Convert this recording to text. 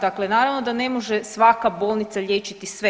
Dakle, naravno da ne može svaka bolnica liječiti sve.